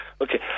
Okay